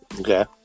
Okay